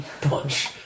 Punch